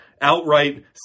outright